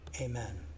Amen